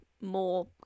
more